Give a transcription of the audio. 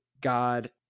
God